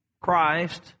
Christ